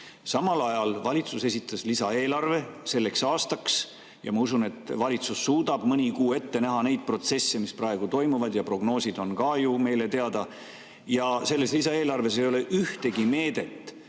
Samal ajal valitsus esitas lisaeelarve selleks aastaks ja ma usun, et valitsus suudab mõni kuu ette näha neid protsesse, mis praegu toimuvad. Prognoosid on ju meile teada. Ent selles lisaeelarves ei ole ühtegi meedet